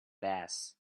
bass